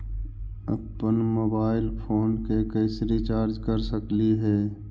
अप्पन mobile phone के कैसे रिचार्ज कर सकली हे?